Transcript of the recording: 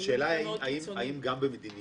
האם ברגע